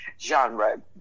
genre